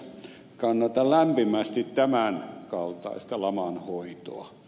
kannatan lämpimästi tämän kaltaista laman hoitoa